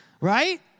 right